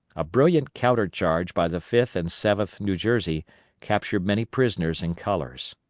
a brilliant counter-charge by the fifth and seventh new jersey captured many prisoners and colors.